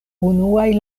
unuaj